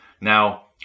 now